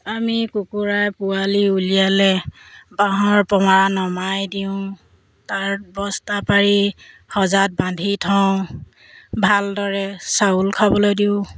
আমি কুকুৰা পোৱালি উলিয়ালে বাহৰ ওপৰৰপৰা নমাই দিওঁ তাত বস্তা পাৰি সজাত বান্ধি থওঁ ভালদৰে চাউল খাবলৈ দিওঁ